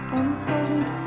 unpleasant